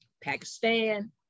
Pakistan